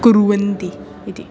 कुर्वन्ति इति